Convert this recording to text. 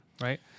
right